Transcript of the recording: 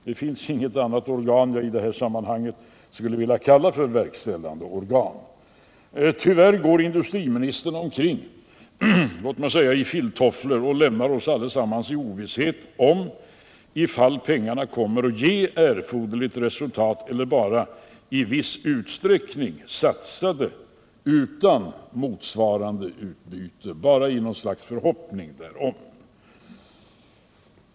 Det finns inget annat organ i det här sammanhanget som jag skulle vilja kalla för verkställande organ. Tyvärr går industriministern omkring i filttofflor och lämnar oss allesammans i ovisshet om pengarna kommer att ge erforderligt resultat eller om de bara satsas i något slags förhoppning därom.